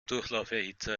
durchlauferhitzer